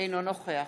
אינו נוכח